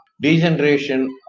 degeneration